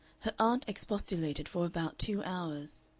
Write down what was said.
her aunt expostulated for about two hours.